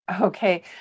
Okay